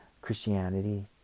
Christianity